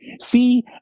see